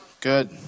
good